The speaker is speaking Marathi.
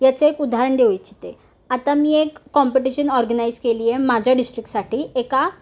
याचं एक उदाहरण देऊ इच्छिते आता मी एक कॉम्पिटिशन ऑर्गनाईज केली आहे माझ्या डिस्ट्रिक्टसाठी एका